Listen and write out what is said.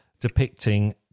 depicting